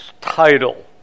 title